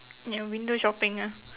ya window shopping ah